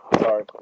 Sorry